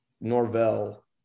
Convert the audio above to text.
Norvell